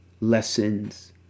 lessons